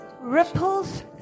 ripples